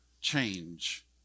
change